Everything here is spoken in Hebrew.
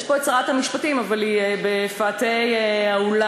נמצאת פה שרת המשפטים, אבל היא בפאתי האולם.